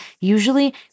usually